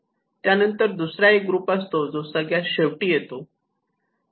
त्यानंतर दुसरा एक ग्रुप असतो जो सगळ्यात शेवटी येतो